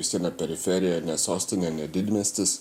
visviena periferija ne sostinė ne didmiestis